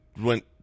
went